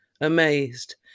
amazed